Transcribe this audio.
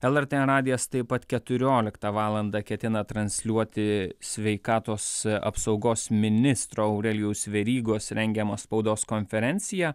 lrt radijas taip pat keturioliktą valandą ketina transliuoti sveikatos apsaugos ministro aurelijaus verygos rengiamą spaudos konferenciją